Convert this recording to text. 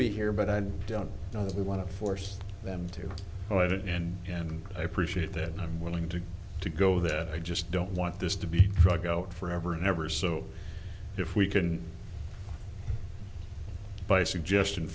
be here but i don't know that we want to force them to let it end and i appreciate that i'm willing to to go that i just don't want this to be drug go for ever and ever so if we can buy suggestion